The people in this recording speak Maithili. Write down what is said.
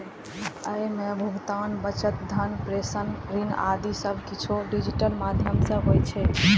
अय मे भुगतान, बचत, धन प्रेषण, ऋण आदि सब किछु डिजिटल माध्यम सं होइ छै